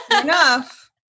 Enough